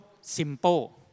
simple